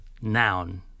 noun